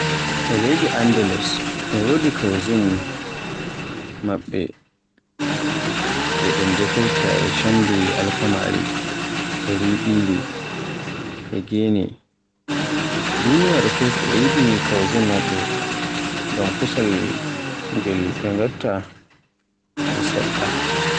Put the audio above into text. E leydi Andalus e wodi cuisine maɓɓe ɓe ɗun defirta e condi alkamaari e riɗiri e gene. Duniyaaru fuf e yiɗi cuisine maɓɓe ngam kusel angel ɓe ngata un seɗɗa.